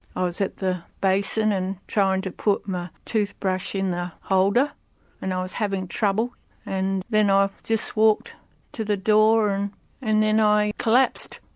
i was at the basin and trying to put my toothbrush in the holder and i was having trouble and then ah i just walked to the door and then i collapsed.